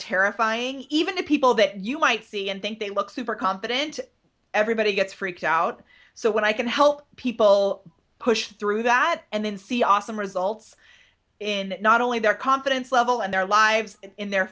terrifying even to people that you might see and think they look super competent everybody gets freaked out so when i can help people push through that and then see awesome results in not only their confidence level and their lives in their